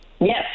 Yes